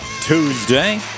Tuesday